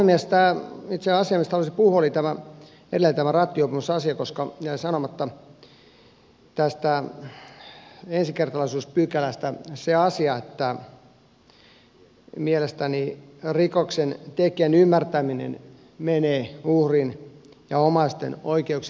tämä itse asia mistä halusin puhua oli tämä edeltävä rattijuopumusasia koska jäi sanomatta tästä ensikertalaisuuspykälästä se asia että mielestäni rikoksentekijän ymmärtäminen menee uhrin ja omaisten oikeuksien edelle